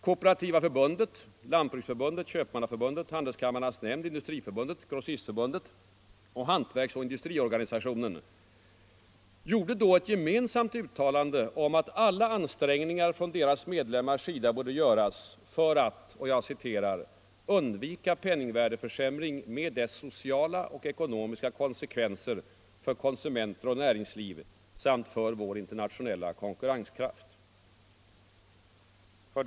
Kooperativa förbundet, Lantbruksförbundet, Köpmannaförbundet, Handelskamrarnas nämnd, Industriförbundet, Grossistförbundet och Hantverksoch industriorganisationen gjorde då ett gemensamt uttalande om att alla ansträngningar från deras medlemmars sida borde göras för att — och jag citerar — ”undvika penningvärdeförsämring med dess sociala och ekonomiska konsekvenser för konsumenter och näringsliv samt för vår internationella konkurrenskraft”. 7.